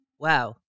Wow